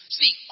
see